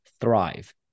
thrive